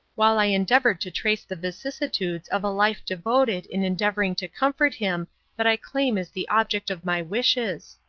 while i endeavor to trace the vicissitudes of a life devoted in endeavoring to comfort him that i claim as the object of my wishes.